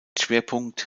schwerpunkt